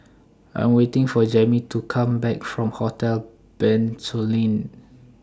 I Am waiting For Jammie to Come Back from Hotel Bencoolen